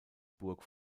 burg